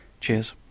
Cheers